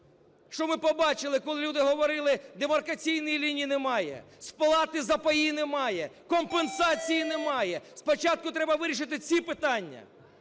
Що ми побачили, коли люди говорили, демаркаційної лінії немає, сплати за паї немає, компенсації немає? Спочатку треба вирішити ці питання,